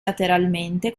lateralmente